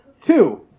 Two